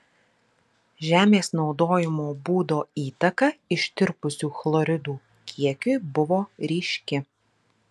žemės naudojimo būdo įtaka ištirpusių chloridų kiekiui buvo ryški